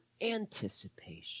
anticipation